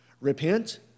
Repent